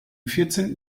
vierzehnten